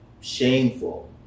shameful